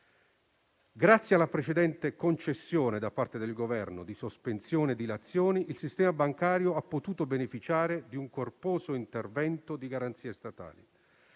Grazie alla precedente concessione, da parte del Governo, di sospensioni e dilazioni, il sistema bancario ha potuto beneficiare di un corposo intervento di garanzie statali.